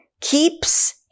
keeps